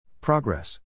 Progress